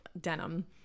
denim